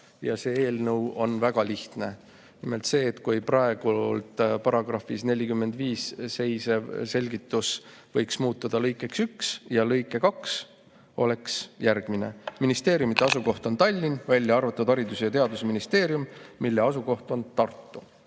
See eelnõu on väga lihtne. Nimelt, praegu §‑s 45 olev selgitus võiks muutuda lõikeks 1 ja lõige 2 oleks järgmine: "Ministeeriumite asukoht on Tallinn, välja arvatud Haridus- ja Teadusministeerium, mille asukoht on Tartu."